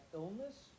illness